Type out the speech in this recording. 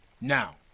Now